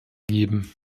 geben